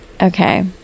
Okay